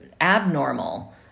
abnormal